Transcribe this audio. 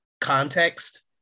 context